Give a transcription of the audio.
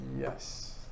Yes